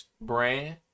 brand